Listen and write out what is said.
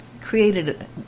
created